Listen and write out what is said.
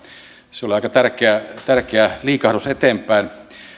se oli aika tärkeä tärkeä liikahdus eteenpäin